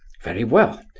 very well.